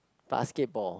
basketball